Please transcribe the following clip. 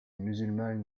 musulmane